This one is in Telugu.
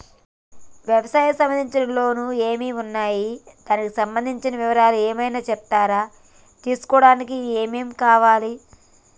వ్యవసాయం సంబంధించిన లోన్స్ ఏమేమి ఉన్నాయి దానికి సంబంధించిన వివరాలు ఏమైనా చెప్తారా తీసుకోవడానికి ఏమేం కావాలి?